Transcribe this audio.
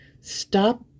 Stop